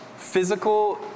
physical